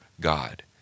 God